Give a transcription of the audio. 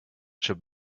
should